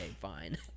fine